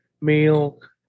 milk